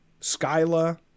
Skyla